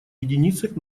единицах